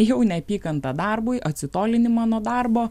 jau neapykantą darbui atsitolinimą nuo darbo